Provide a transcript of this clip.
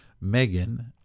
Megan